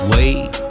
Wait